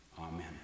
amen